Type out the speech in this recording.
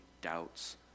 doubts